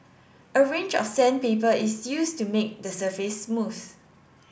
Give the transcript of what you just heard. a range of sandpaper is used to make the surface smooth